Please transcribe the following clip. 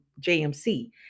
JMC